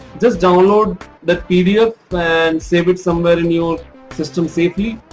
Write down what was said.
just download that and save it somewhere in your system safely.